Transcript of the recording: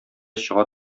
чыга